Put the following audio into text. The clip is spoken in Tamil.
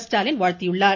ஸ்டாலின் வாழ்த்தியுள்ளார்